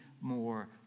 more